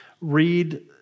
read